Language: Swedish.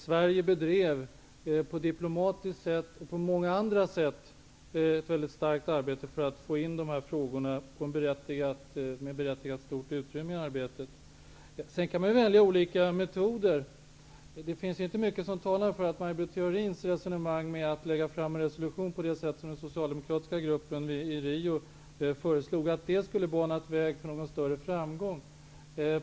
Sverige bedrev på diplomatiskt sätt och på många andra sätt ett mycket kraftfullt arbete för att få in dessa frågor med berättigat stort utrymme i arbetet. Sedan kan man välja olika metoder. Det finns inte mycket som talar för att Maj Britt Theorins resonemang om att lägga fram en resolution, på det sätt som den socialdemokratiska gruppen i Rio föreslog, skulle ha banat väg för någon större framgång.